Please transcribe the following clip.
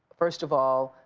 first of all,